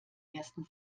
ersten